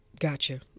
Gotcha